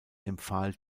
empfahl